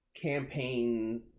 campaign